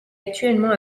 actuellement